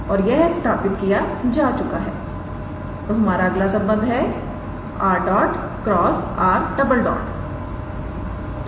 और यह स्थापित किया जा चुका है तो हमारा अगला संबंध है 𝑟̇ × 𝑟̈